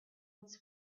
its